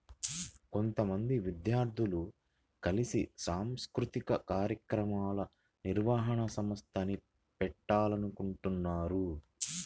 కొంతమంది విద్యార్థులు కలిసి సాంస్కృతిక కార్యక్రమాల నిర్వహణ సంస్థని పెట్టాలనుకుంటన్నారు